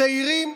צעירים,